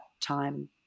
time